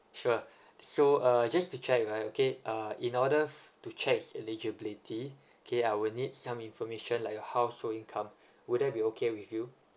sure so uh just to check right okay uh in order to check eligibility okay I would need some information like your household income would that be okay with you